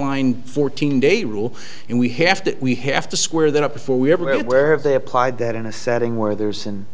line fourteen day rule and we have to we have to square that up before we have really where they applied that in a setting where there's and